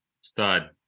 Stud